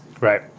Right